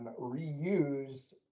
Reuse